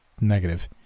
Negative